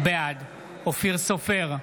בעד אופיר סופר,